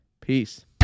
Peace